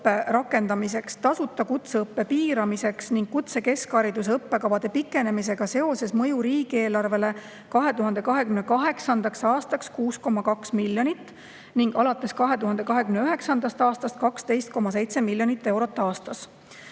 õppe rakendamiseks, tasuta kutseõppe piiramiseks ning kutsekeskhariduse õppekavade pikenemisega seoses mõju riigieelarvele 2028. aastaks 6,2 miljonit ning alates 2029. aastast 12,7 miljonit eurot aastas.